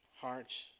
hearts